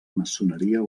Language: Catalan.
maçoneria